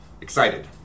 excited